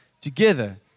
together